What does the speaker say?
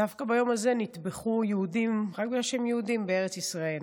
דווקא ביום הזה נטבחו יהודים רק בגלל שהם יהודים בארץ ישראל.